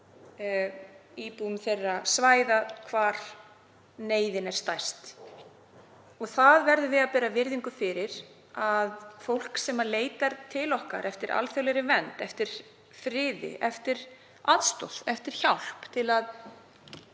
íbúum þeirra svæða þar sem neyðin er stærst. Við verðum að bera virðingu fyrir því að fólk sem leitar til okkar eftir alþjóðlegri vernd, eftir friði, eftir aðstoð, eftir hjálp til að